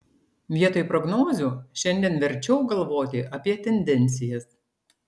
vietoj prognozių šiandien verčiau galvoti apie tendencijas